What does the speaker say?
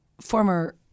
former